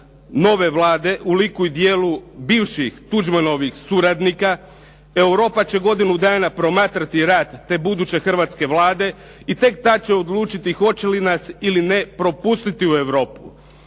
nove Vlade u liku i djelu bivših Tuđmanovih suradnika, Europa će godinu dana promatrati rad te buduće hrvatske Vlade i tek tad će odlučiti hoće li nas ili ne propustiti u Europu.